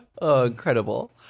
incredible